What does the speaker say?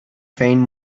faint